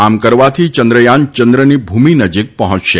આમ કરવાથી ચંદ્રથાન ચંદ્રની ભૂમિ નજીક પહોંચશે